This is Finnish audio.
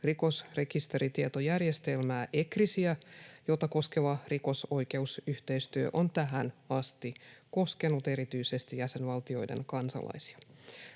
rikosrekisteritietojärjestelmää ECRISiä, jota koskeva rikosoikeusyhteistyö on tähän asti koskenut erityisesti jäsenvaltioiden kansalaisia.